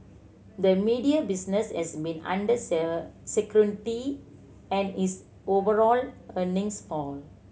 the media business has been under scrutiny and its overall earnings fall